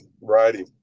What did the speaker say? Righty